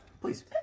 Please